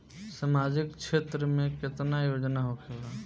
सामाजिक क्षेत्र में केतना योजना होखेला?